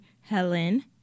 Helen